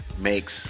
makes